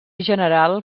general